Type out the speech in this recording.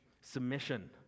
Submission